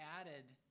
added